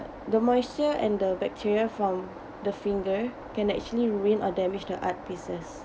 the moisture and the bacteria from the finger can actually ruin or damage the art pieces